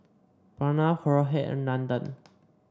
Pranav Rohit and Nandan